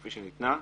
כפי שניתנה.